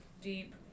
Deep